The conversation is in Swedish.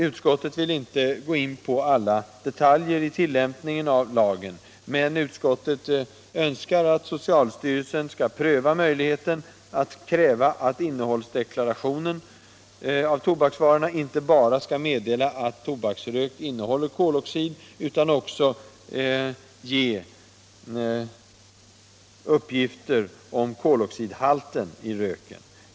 Utskottet vill inte gå in på alla detaljer i tillämpningen av lagen, men utskottet önskar att socialstyrelsen skall pröva möjligheten att kräva att innehållsdeklarationen av tobaksvarorna inte bara skall meddela att tobaksrök innehåller koloxid utan också ge uppgifter om koloxidhalten i röken.